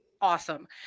awesome